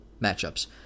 matchups